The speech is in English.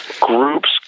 groups